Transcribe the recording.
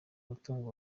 umutungo